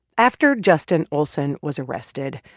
after justin olsen was arrested,